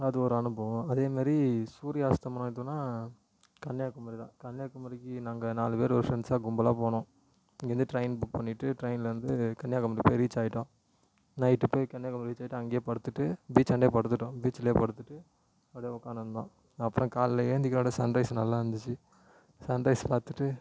அது ஒரு அனுபவம் அதேமாரி சூரிய அஸ்த்தமனம் எதுனா கன்னியாகுமாரி தான் கன்னியாகுமாரிக்கு நாங்கள் நாலு பேர் ஒரு ஃப்ரெண்ட்ஸாக கும்பலாக போனோம் இங்கேருந்து ட்ரைன் புக் பண்ணிட்டு ட்ரைன்லேருந்து கன்னியாகுமாரி போய் ரீச் ஆகிட்டோம் நைட்டு போய் கன்னியாகுமாரி ரீச்சாயிட்டு அங்கேயே படுத்துட்டு பீச்சாண்டையே படுத்துட்டோம் பீச்சிலேயே படுத்துட்டு அப்படியே உக்கானுருந்தோம் அப்புறோம் காலையில் ஏழுந்திரிச்சோன சன்ரைஸ் நல்லாயிருந்துச்சி சன்ரைஸ் பார்த்துட்டு